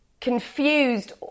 confused